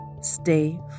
Stay